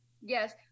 Yes